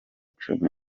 cumi